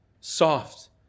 soft